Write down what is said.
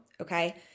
okay